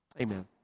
Amen